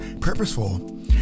purposeful